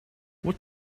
what